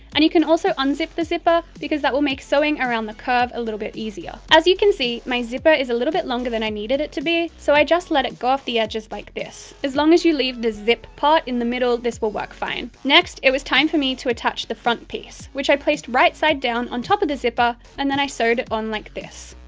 and you can also unzip the zipper because that will make sewing around the curve a little bit easier. as you can see, my zipper is a little bit longer than i needed it to be, so i just let it go off the edges like this. as long as you leave the zip part in the middle, this will work fine. next, it was time for me to attach the front piece, which i placed right-side down on top of the zipper, and then i sewed it on like this.